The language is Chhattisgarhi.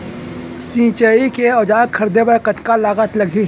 सिंचाई के औजार खरीदे बर कतका लागत लागही?